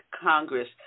Congress